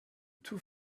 two